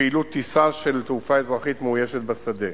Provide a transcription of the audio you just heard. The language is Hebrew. לפעילות טיסה של תעופה אזרחית מאוישת בשדה.